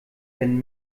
wenn